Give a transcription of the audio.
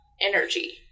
energy